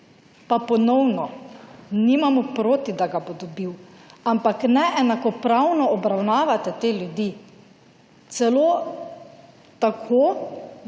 Pa ponovno, nimamo proti, da ga bo dobil, ampak neenakopravno obravnavate te ljudi. Celo tako,